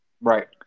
Right